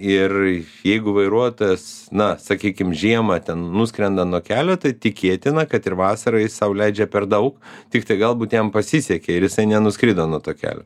ir jeigu vairuotojas na sakykim žiemą ten nuskrenda nuo kelio tai tikėtina kad ir vasarą jis sau leidžia per daug tiktai galbūt jam pasisekė ir jisai nenuskrido nuo to kelio